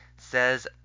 Says